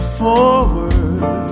forward